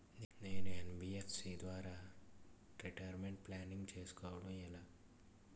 నేను యన్.బి.ఎఫ్.సి ద్వారా retirement planning చేసుకోవడం ఎలా?